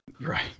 Right